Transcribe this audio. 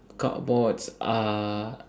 cardboards are